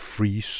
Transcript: Free